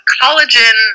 collagen